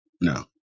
no